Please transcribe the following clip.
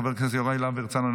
חבר הכנסת יוראי להב הרצנו,